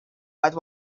but